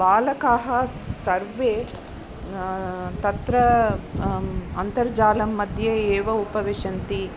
बालकाः सर्वे तत्र अन्तर्जालमध्ये एव उपविशन्ति